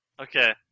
Okay